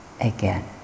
again